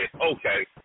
okay